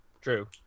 True